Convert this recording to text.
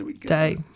day